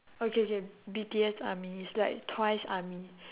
okay okay B_T_S army it's like twice army